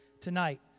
tonight